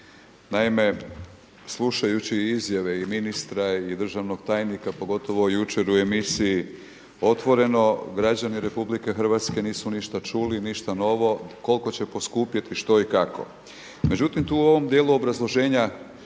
naime slušajući izjave i ministra i državnog tajnika, pogotovo jučer u emisiji Otvoreno, građani RH nisu ništa čuli ništa novo koliko će poskupjeti, što i kako. Međutim tu u ovom dijelu obrazloženja